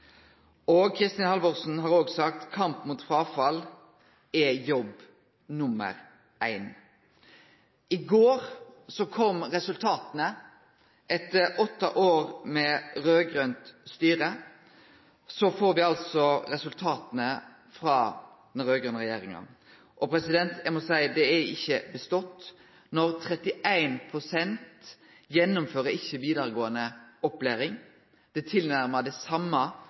Kristin Halvorsen har òg sagt at kamp mot fråfall er jobb nr. éin. I går kom resultata. Etter åtte år med raud-grønt styre får me altså resultata frå den raud-grøne regjeringa. Og eg må seie at det ikkje er bestått når 31 pst. ikkje gjennomfører vidaregåande opplæring. Det er tilnærma det same